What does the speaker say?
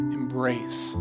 embrace